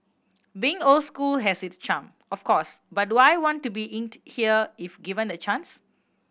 being old school has its charm of course but do I want to be inked here if given the chance